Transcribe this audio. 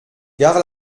gare